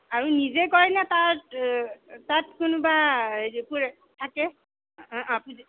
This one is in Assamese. আৰু নিজে কৰে নে তাত তাত কোনোবা থাকে অ' অ'